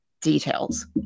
details